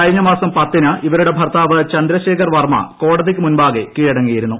കഴിഞ്ഞ മാസം പത്തിന് ഇവരുടെ ഭർത്താവ് ചന്ദ്രശേഖർ വർമ്മു ക്ടോടതിയ്ക്കു മുൻപാകെ കീഴടങ്ങിയിരുന്നു